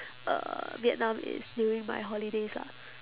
uh vietnam is during my holidays lah